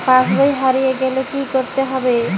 পাশবই হারিয়ে গেলে কি করতে হবে?